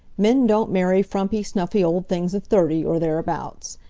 men don't marry frumpy, snuffy old things of thirty, or thereabouts.